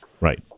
Right